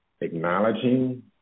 acknowledging